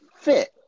fit